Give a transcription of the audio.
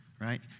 right